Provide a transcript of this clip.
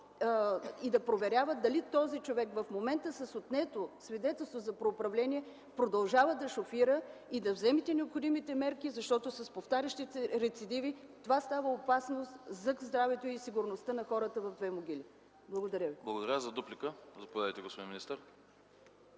и да проверяват дали този човек в момента с отнето свидетелство за правоуправление продължава да шофира и да вземете необходимите мерки, защото с повтарящите се рецидиви това става опасно за здравето и сигурността на хората в Две могили. Благодаря ви. ПРЕДСЕДАТЕЛ АНАСТАС АНАСТАСОВ: Благодаря.